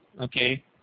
okay